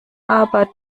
aber